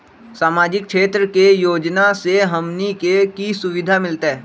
सामाजिक क्षेत्र के योजना से हमनी के की सुविधा मिलतै?